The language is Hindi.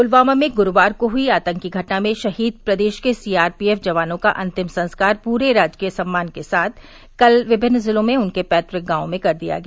प्लवामा में गुरूवार को हई आतंकी घटना में शहीद प्रदेश के सीआरपीएफ जवानों का अंतिम संस्कार पूरे राजकीय सम्मान के साथ कल विभिन्न जिलों में उनके पैतुक गांवों में कर दिया गया